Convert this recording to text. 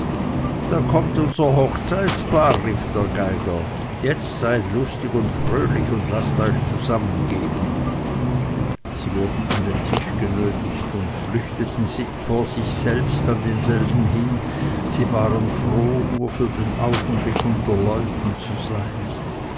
da kommt unser hochzeitpaar rief der geiger jetzt seid lustig und fröhlich und laßt euch zusammengeben sie wurden an den tisch genötigt und flüchteten sich vor sich selbst an denselben hin sie waren froh nur für den augenblick unter leuten zu sein